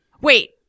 Wait